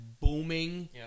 booming